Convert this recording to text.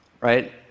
right